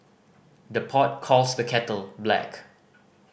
the pot calls the kettle black